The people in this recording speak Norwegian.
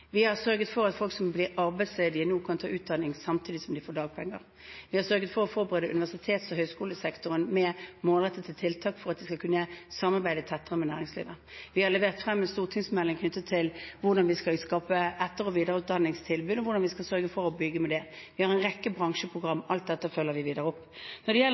Vi har sørget for at folk som blir arbeidsledige, nå kan ta utdanning samtidig som de får dagpenger. Vi har sørget for å forberede universitets- og høyskolesektoren på målrettede tiltak for at de skal kunne samarbeide tettere med næringslivet. Vi har levert en stortingsmelding knyttet til hvordan vi skal skape etter- og videreutdanningstilbud, og hvordan vi skal sørge for å bygge på det. Vi har en rekke bransjeprogram, og alt dette følger vi videre opp. Når det gjelder